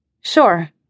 Sure